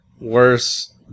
worse